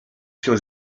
się